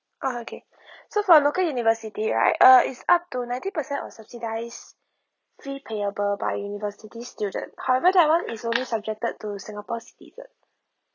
oh okay so for local university right uh is up to ninety percent of subsidize three fee payable by university student however that one is only subjected to singapore citizen